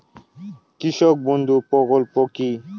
কৃষক বন্ধু প্রকল্প কি?